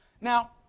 Now